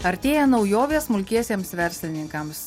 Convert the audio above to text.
artėja naujovė smulkiesiems verslininkams